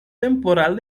temporal